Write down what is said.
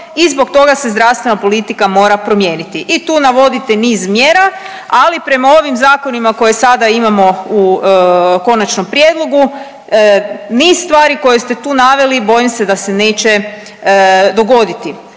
i zbog toga se zdravstvena politika mora promijeniti i tu navodite niz mjera, ali prema ovim zakonima koje sada imamo u konačnom prijedlogu, niz stvari koje ste tu naveli bojim se da se neće dogoditi,